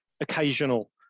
occasional